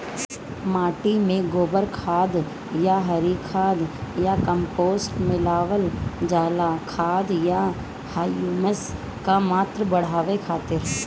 माटी में गोबर खाद या हरी खाद या कम्पोस्ट मिलावल जाला खाद या ह्यूमस क मात्रा बढ़ावे खातिर?